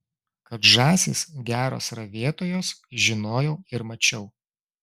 kad žąsys geros ravėtojos žinojau ir mačiau